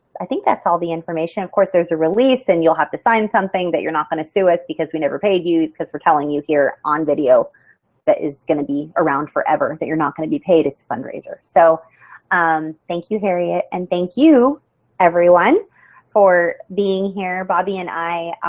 i think that's all the information. of course there's a release and you'll have to sign something that you're not going to sue us because we never paid you because we're telling you here on video that is going to be around forever that you're not going to be paid. it's fundraiser. so um thank you hariette and thank you everyone for being here. bobbi and i,